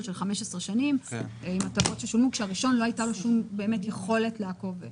של 15 שנים עם הטבות ששולמו כאשר לראשון לא הייתה יכולת לעקוב.